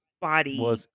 body